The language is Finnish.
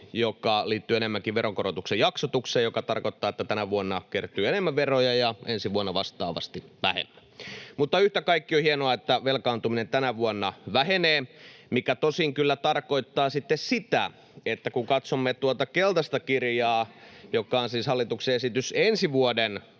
joka liittyy enemmänkin veronkorotuksen jaksotukseen, mikä tarkoittaa, että tänä vuonna kertyy enemmän veroja ja ensi vuonna vastaavasti vähemmän. Mutta yhtä kaikki, on hienoa, että velkaantuminen tänä vuonna vähenee, mikä tosin kyllä tarkoittaa sitten sitä, että kun katsomme tuota keltaista kirjaa, joka on siis hallituksen esitys ensi vuoden